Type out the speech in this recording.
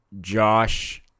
Josh